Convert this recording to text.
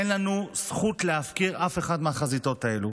אין לנו זכות להפקיר אף אחת מהחזיתות האלו,